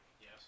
Yes